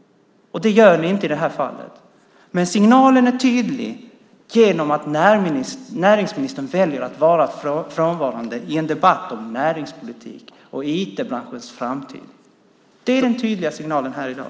Men det gör ni inte i det här fallet. Signalen är tydlig genom att näringsministern väljer att vara frånvarande i en debatt om näringspolitik och IT-branschens framtid. Det är den tydliga signalen här i dag.